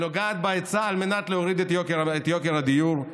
שנוגעת בהיצע על מנת להוריד את יוקר הדיור.